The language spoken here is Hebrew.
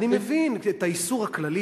אני מבין את האיסור הכללי,